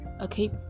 Okay